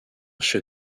chef